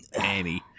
Annie